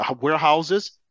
warehouses